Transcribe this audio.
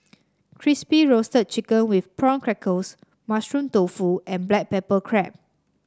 Crispy Roasted Chicken with Prawn Crackers Mushroom Tofu and Black Pepper Crab